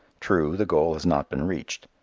true, the goal has not been reached.